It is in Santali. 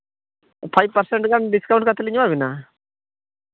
ᱯᱷᱟᱭᱤᱵᱷ ᱯᱟᱨᱥᱮᱱᱴ ᱜᱟᱱ ᱰᱤᱥᱠᱟᱣᱩᱱᱴ ᱠᱟᱛᱮᱫ ᱞᱤᱧ ᱮᱢᱟ ᱵᱤᱱᱟ